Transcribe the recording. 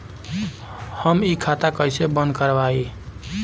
हम इ खाता बंद कइसे करवाई?